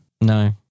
No